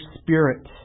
Spirit